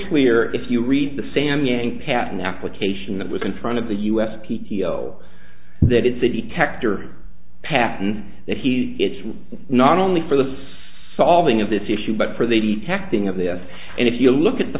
clear if you read the sam yang patent application that was in front of the u s p t o that it's a detector patent that he it's not only for the solving of this issue but for the detecting of this and if you look at the